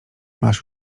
masz